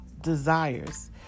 desires